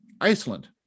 Iceland